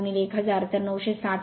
04 1000 तर 960 rpm